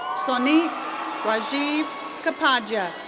soneet rajiv kapadia.